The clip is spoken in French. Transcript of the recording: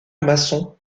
masson